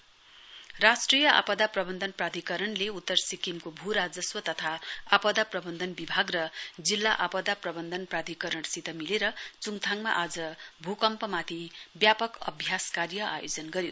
an D M A राष्ट्रिय आपदा प्रवन्धन प्राधिकरणले उत्तर सिक्किमको भू राजस्व तथा आपदा प्रवन्धन विभाग र जिल्ला आपदा प्रवन्धन प्राधिकरणसित मिलेर चुङथाङमा आज भूकम्पमाथि व्यापक अभ्यास कार्य आयोजन गर्यो